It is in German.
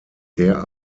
der